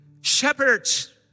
shepherds